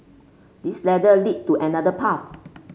this ladder lead to another path